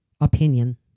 opinion